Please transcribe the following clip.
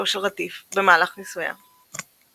בתו של רטיף במהלך נישואיה